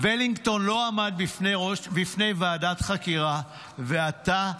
ולינגטון לא עמד לפני ועדת חקירה ואתה,